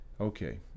okay